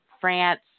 France